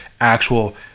actual